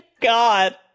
god